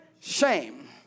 Shame